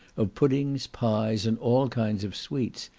of puddings, pies, and all kinds of sweets,